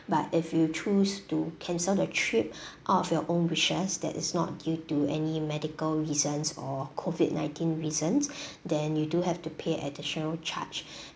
but if you choose to cancel the trip out of your own wishes that is not due to any medical reasons or COVID nineteen reasons then you do have to pay additional charge